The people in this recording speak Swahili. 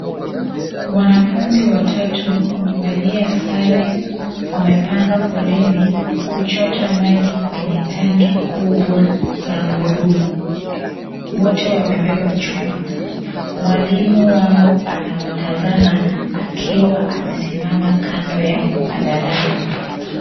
Wanafunzi watatu wamevalia sare wamepanga foleni kuchota maji kwenye tanki kubwa la buluu. Wote wamebeba chupa. Mwalimu wao anawatazama akiwa amesimama kando ya madarasa.